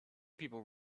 people